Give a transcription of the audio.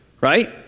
right